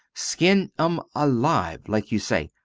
skin em alive, like you say,